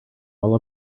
all